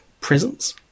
presence